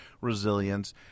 resilience